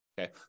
Okay